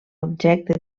objecte